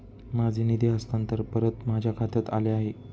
माझे निधी हस्तांतरण परत माझ्या खात्यात आले आहे